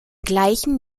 gleichen